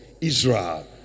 Israel